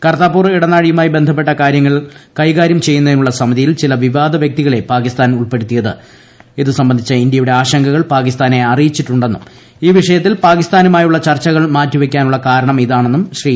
കർത്താപൂർ ഇടനാഴിയുമായി ബന്ധപ്പെട്ട കാര്യങ്ങൾ കൈകാര്യം ചെയ്യുന്നതിനുളള സമിതിയിൽ ചില വിവാദ വ്യക്തികളെ പാകിസ്ഥാൻ ഉൾപ്പെടുത്തിയത് സ്ട്രബന്ധിച്ച ഇന്ത്യയുടെ ആശങ്കകൾ ഈ വിഷയത്തിൽ പാകിസ്ഥാനുമായുള്ളൂ ച്ർച്ചകൾ മാറ്റിവയ്ക്കാനുള്ള കാരണം ഇതാണെന്നും ശ്രീ